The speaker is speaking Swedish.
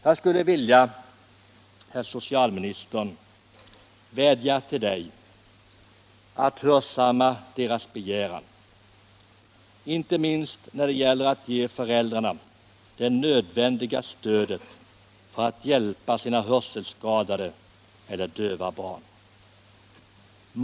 Jag skulle vilja vädja till herr socialministern att han hörsammar dessa önskemål, inte minst när det gäller att ge föräldrarna det nödvändiga Nr 125 stödet för att hjälpa sina hörselskadade eller döva barn.